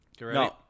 No